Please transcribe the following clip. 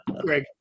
Greg